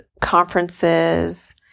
conferences